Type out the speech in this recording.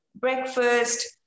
breakfast